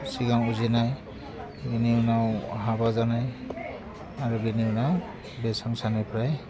सिगां उजिनाय बेनि उनाव हाबा जानाय आरो बेनि उनाव बे संसारनिफ्राय